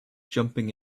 jumping